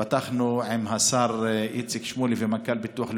ופתחנו עם השר איציק שמולי ומנכ"ל הביטוח הלאומי,